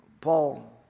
Paul